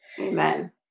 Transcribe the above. Amen